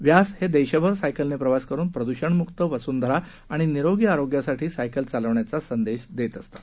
व्यास हे देशभर सायकलने प्रवासकरून प्रदृषण मुक्त वसुंधरा आणि निरोगी आरोग्यासाठी सायकल चालवण्याचा संदेश देत असतात